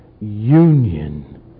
union